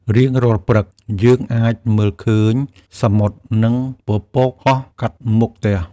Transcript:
រៀងរាល់ព្រឹក យើងអាចមើលឃើញសមុទ្រ និងពពកហោះកាត់មុខផ្ទះ។